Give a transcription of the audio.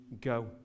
go